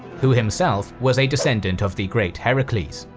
who himself was a descendant of the great heracles.